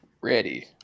Ready